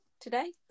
today